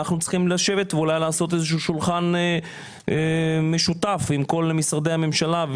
אנחנו צריכים לשבת ואולי לעשות איזשהו שולחן משותף עם כל משרדי הממשלה,